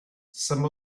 some